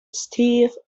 steve